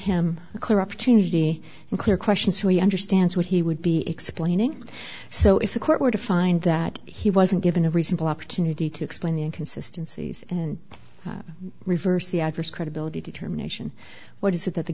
him a clear opportunity to clear questions he understands what he would be explaining so if the court were to find that he wasn't given a reasonable opportunity to explain the inconsistency and reverse the adverse credibility determination what is it that the